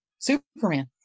superman